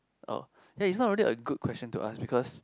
oh hey it's not really a good question to ask because